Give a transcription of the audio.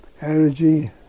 energy